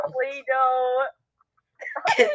Play-Doh